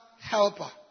helper